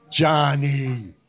Johnny